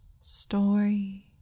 story